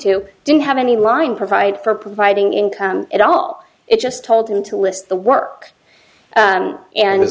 to didn't have any line provide for providing income at all it just told him to list the work